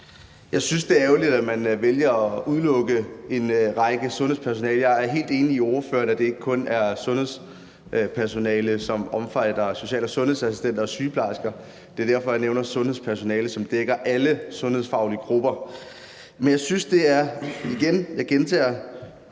Jeg synes, det er ærgerligt, at man vælger at udelukke noget sundhedspersonale. Jeg er helt enig med ordføreren i, at sundhedspersonale ikke kun omfatter social- og sundhedsassistenter og sygeplejersker. Det er derfor, jeg nævner sundhedspersonale, og det dækker alle sundhedsfaglige grupper. Men jeg synes igen